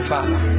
Father